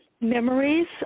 memories